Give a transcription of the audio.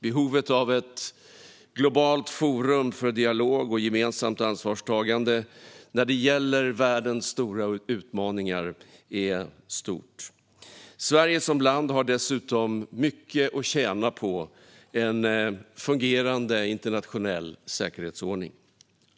Behovet av ett globalt forum för dialog och gemensamt ansvarstagande när det gäller världens stora utmaningar är stort. Sverige som land har dessutom mycket att tjäna på en fungerande internationell säkerhetsordning.